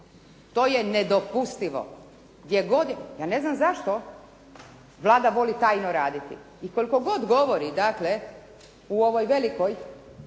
To je nedopustivo. Ja ne znam zašto Vlada voli tajno raditi i koliko god govori, dakle u ovoj velikoj